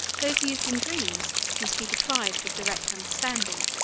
those used in dreams must be deprived of direct understanding.